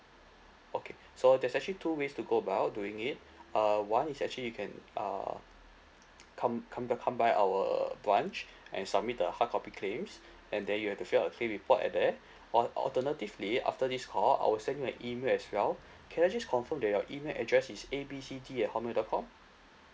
okay so there's actually two ways to go about doing it uh one is actually you can uh come come by come by our uh branch and submit the hard copy claims and then you have to fill a claim report at there or alternatively after this call I will send you a email as well can I just confirm that your email address is A B C D at hotmail dot com